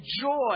joy